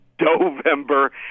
november